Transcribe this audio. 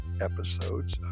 episodes